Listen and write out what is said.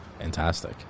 Fantastic